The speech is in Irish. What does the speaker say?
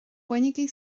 bainigí